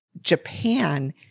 Japan